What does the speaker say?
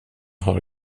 har